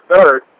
third